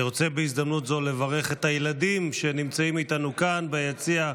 אני רוצה בהזדמנות זו לברך את הילדים שנמצאים איתנו כאן ביציע.